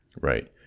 Right